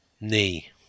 Knee